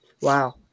Wow